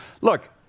Look